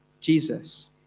Jesus